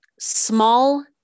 small